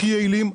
הכי יעילים,